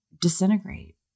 disintegrate